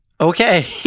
Okay